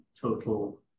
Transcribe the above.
total